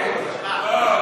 לא.